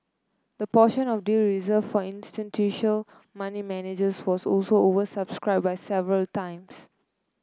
the portion of the deal reserved for institutional money managers was also oversubscribed by several times